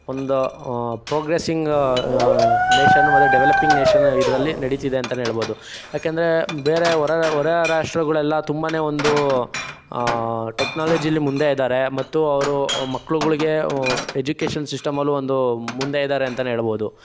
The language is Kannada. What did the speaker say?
ಒಂದು ಪ್ರೊಗ್ರೆಸಿಂಗ್ ನೇಷನ್ ಮತ್ತೆ ಡೆವಲಪಿಂಗ್ ನೇಷನ್ ಇದರಲ್ಲಿ ನಡೀತಿದೆ ಅಂತಲೇ ಹೇಳ್ಬೋದು ಯಾಕೆಂದರೆ ಬೇರೆ ಹೊರ ಹೊರ ರಾಷ್ಟ್ರಗಳೆಲ್ಲ ತುಂಬನೇ ಒಂದು ಟೆಕ್ನಾಲಜಿಯಲ್ಲಿ ಮುಂದೆ ಇದ್ದಾರೆ ಮತ್ತು ಅವರು ಮಕ್ಕಳುಗಳಿಗೆ ಎಜುಕೇಷನ್ ಸಿಸ್ಟಮಲ್ಲು ಒಂದು ಮುಂದೆ ಇದ್ದಾರೆ ಅಂತಲೇ ಹೇಳ್ಬೋದು